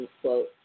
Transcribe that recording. quote